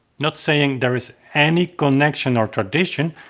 not saying there is any connection or tradition,